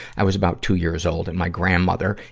i was about two years old. and my grandmother,